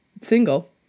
single